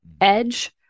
edge